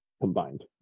combined